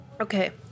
Okay